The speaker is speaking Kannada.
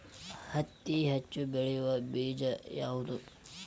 ಹತ್ತಿ ಹೆಚ್ಚ ಬೆಳೆಯುವ ಬೇಜ ಯಾವುದು?